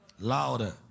Louder